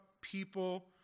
people